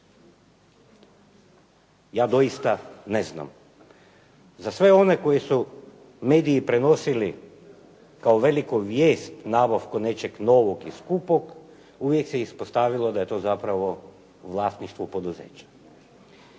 Ja doista ne znam. Za sve one koje su mediji prenosili kao veliku vijest nabavku nečeg novog i skupog, uvijek se ispostavilo da je to zapravo u vlasništvu poduzeća